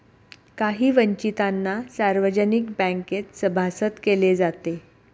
काही वंचितांना सार्वजनिक बँकेत सभासद केले जाते